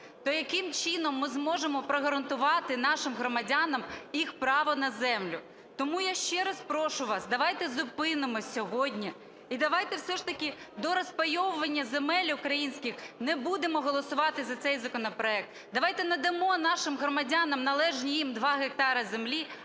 то яким чином ми зможемо прогарантувати нашим громадянам їх права не землю? Тому я ще раз прошу вас, давайте зупинимось сьогодні і давайте все ж таки до розпаювання земель українських не будемо голосувати за цей законопроект. Давайте надамо нашим громадянам належні їм 2 гектари землі,